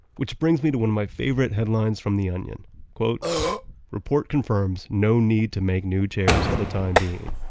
which brings me to one of my favorite headlines from the onion report confirms no need to make new chairs for the time being.